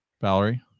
Valerie